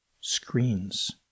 screens